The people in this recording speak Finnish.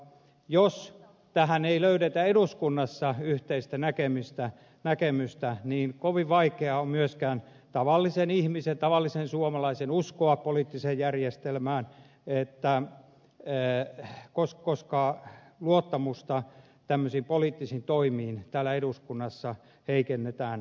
jos tähän ei löydetä eduskunnassa yhteistä näkemystä niin kovin vaikea on myöskään tavallisen ihmisen tavallisen suomalaisen uskoa poliittiseen järjestelmään koska luottamusta tämmöisiin poliittisiin toimiin täällä eduskunnassa heikennetään